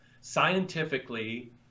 Scientifically